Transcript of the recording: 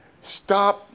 Stop